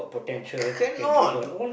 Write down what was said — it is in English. cannot